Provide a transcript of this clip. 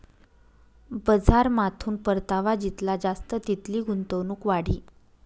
बजारमाथून परतावा जितला जास्त तितली गुंतवणूक वाढी